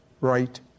right